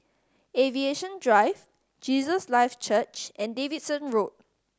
Aviation Drive Jesus Lives Church and Davidson Road